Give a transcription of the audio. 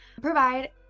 provide